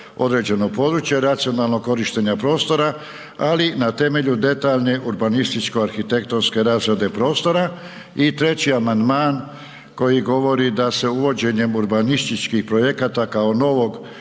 određenog područja, racionalnog korištenja prostora, ali na temelju detaljne urbanističko arhitektonske razrade prostora. I 3-ći amandman koji govori da se uvođenjem urbanističkih projekata kao novog